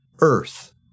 Earth